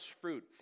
fruit